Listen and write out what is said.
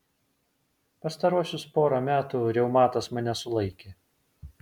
pastaruosius porą metų reumatas mane sulaikė